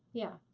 yeah.